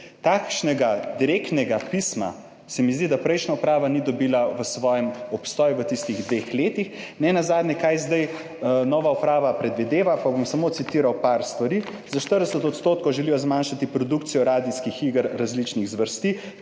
Takšnega direktnega pisma se mi zdi, da prejšnja uprava ni dobila v svojem obstoju v tistih dveh letih. Nenazadnje, kaj zdaj nova uprava predvideva? Bom samo citiral nekaj stvari. Za 40 % želijo zmanjšati produkcijo radijskih iger različnih zvrsti,